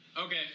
Okay